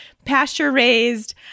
pasture-raised